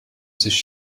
sich